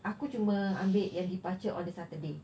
aku cuma ambil yang departure on the saturday